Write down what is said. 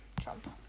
Trump